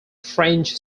french